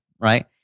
right